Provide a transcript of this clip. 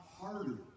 harder